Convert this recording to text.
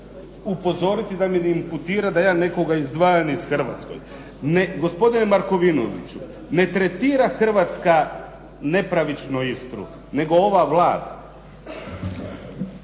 upozoriti da mi ne imputira da ja nekoga izdvajam iz Hrvatske. Ne gospodine Markovinoviću, ne tretira Hrvatska nepravično Istru, nego ova Vlada.